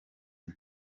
ine